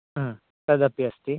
आम् तदपि अस्ति